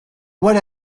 what